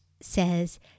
says